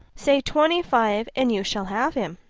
say twenty-five and you shall have him.